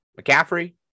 McCaffrey